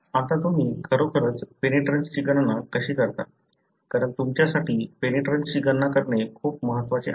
आता तुम्ही खरोखरच पेनिट्रन्सची गणना कशी करता कारण तुमच्यासाठी पेनिट्रन्सची गणना करणे खूप महत्वाचे आहे